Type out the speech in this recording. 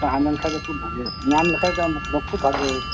ᱛᱟᱸᱦᱮ ᱞᱮᱱᱠᱷᱟᱱ ᱠᱷᱩᱵ ᱵᱷᱟᱜᱮᱜᱼᱟ ᱧᱟᱢ ᱞᱮᱠᱷᱟᱡ ᱫᱚ ᱠᱷᱩᱵ ᱵᱷᱟᱜᱮ ᱦᱩᱭ ᱠᱚᱜᱼᱟ